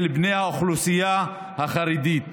של בני האוכלוסייה החרדית